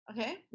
Okay